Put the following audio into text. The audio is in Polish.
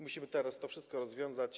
Musimy teraz to wszystko rozwiązać.